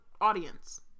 audience